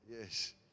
yes